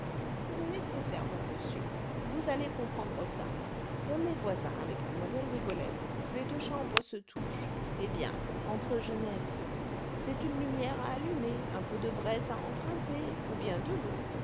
nécessairement monsieur vous allez comprendre ça on est voisin avec mlle rigolette les deux chambres se touchent eh bien entre jeunesse c'est une lumière à allumer un peu de braise à emprunter ou bien de l'eau